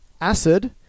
Acid